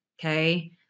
Okay